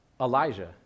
Elijah